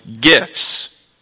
gifts